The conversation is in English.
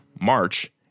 March